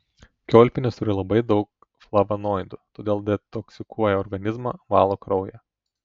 kiaulpienės turi labai daug flavonoidų todėl detoksikuoja organizmą valo kraują